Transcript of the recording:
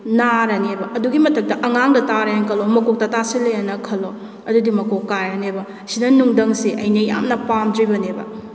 ꯅꯥꯔꯅꯦꯕ ꯑꯗꯨꯒꯤ ꯃꯊꯛꯇ ꯑꯉꯥꯡꯗ ꯇꯥꯔꯦꯅ ꯈꯜꯂꯣ ꯃꯀꯣꯛꯇ ꯇꯥꯁꯤꯜꯂꯦꯅ ꯈꯜꯂꯣ ꯑꯗꯨꯗꯤ ꯃꯀꯣꯛ ꯀꯥꯏꯔꯅꯦꯕ ꯑꯁꯤꯗ ꯅꯨꯡꯊꯪꯁꯦ ꯑꯩꯅ ꯌꯥꯝꯅ ꯄꯥꯝꯗ꯭ꯔꯤꯕꯅꯦꯕ